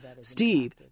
Steve